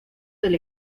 del